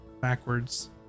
backwards